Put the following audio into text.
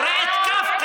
קורא את קפקא,